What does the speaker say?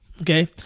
Okay